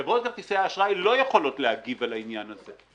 חברות כרטיסי האשראי לא יכולות להגיב על העניין הזה.